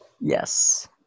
Yes